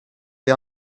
the